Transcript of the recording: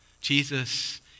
Jesus